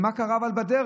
אבל מה קרה בדרך?